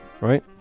right